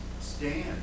stand